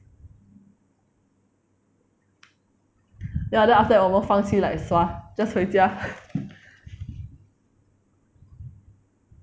ya then after that 我们放弃 like sua just 回家